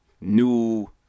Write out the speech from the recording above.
new